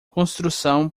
construção